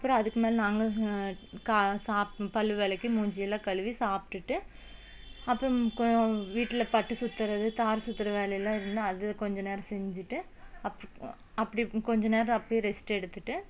அப்பறம் அதுக்கு மேல நாங்கள் சாப் பல் விளக்கி மூஞ்சியெல்லாம் கழுவி சாப்பிட்டுட்டு அப்பறம் வீட்டில் பட்டு சுற்றுறது தார் சுற்றுற வேலையெல்லாம் இருந்தால் அது கொஞ்ச நேரம் செஞ்சுட்டு அப் அப்படி கொஞ்ச நேரம் அப்படே ரெஸ்ட்டெடுத்துட்டு